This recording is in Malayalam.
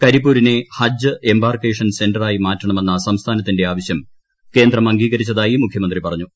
കരിപ്പൂരിനെ ഹജ്ജ് എംബാർക്കേഷൻ സെന്റർ ആയി മാറ്റണമെന്ന സംസ്ഥാനത്തിന്റെ ആവശ്യം കേന്ദ്രം അംഗീകരിച്ചതായി മുഖ്യമന്ത്രി പറഞ്ഞു